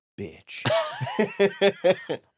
bitch